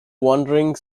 wandering